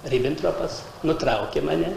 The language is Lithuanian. ribentropas nutraukė mane